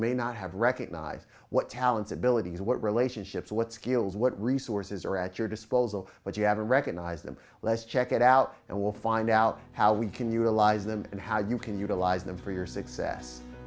may not have recognize what talents abilities what relationships what skills what resources are at your disposal but you have to recognize them let's check it out and we'll find out how we can utilize them and how you can utilize them for your success